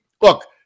look